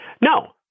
No